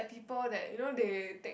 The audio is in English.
people that you know they take